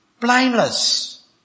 blameless